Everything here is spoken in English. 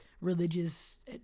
religious